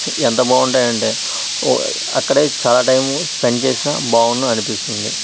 ఎంత బాగుంటాఉయి అంటే అక్కడే చాలా టైం స్పెండ్ చేసినా బాగుండు అనిపిస్తుంది